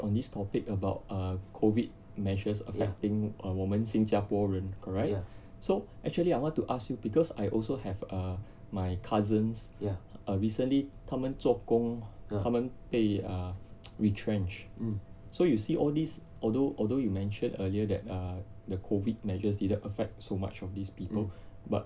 correct since you touched on this topic about err COVID measures affecting err 我们新加坡人 correct so actually I want to ask you because I also have err my cousins uh recently 他们做工他们被 ah retrenched so you see all these although although you mentioned earlier that err the COVID measures didn't affect so much of these people but